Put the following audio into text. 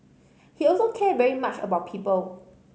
he also cared very much about people